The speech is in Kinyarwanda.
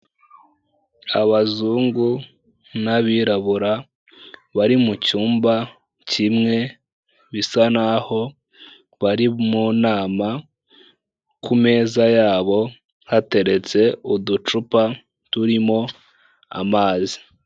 Abazungu n'abirabura bari mu cyumba kimwe, bisa n'aho bari mu nama, ku meza yabo hateretse uducupa turimo amazi.